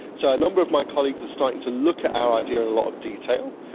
so a number of my colleagues are starting to look at our idea in a lot of detail,